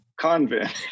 convent